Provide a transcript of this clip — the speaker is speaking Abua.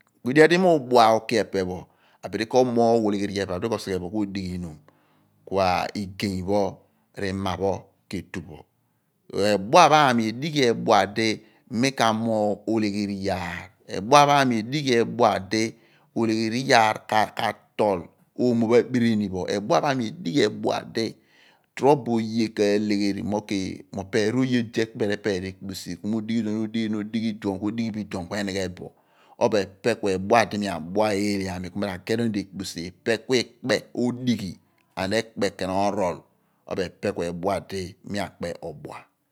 Ku edighi iyaar di mi udua uki epe pho abidi k/omoogh olegheri ujaar pho opo abidi ro wa bo ku igey pho r'ima pho k'etu bo. edua pho ami dighi edua di mi ka moogh olegheri iyaar. edua pho ami edighi iyaar di olegheri iyaar ka tol oomo abirini pho. edua pho ami edughi iyaar di torobo oye ka alegheri mo opeer oye odi epeer ekpisi. mo udighi iduon r'iduon ku enighe bo. epe ku edua di mi r'awa odua eele aami oghi ahnon ekpisi di ekpe ken ni orol. ono epe ku edua di mi ra wa ghan odua.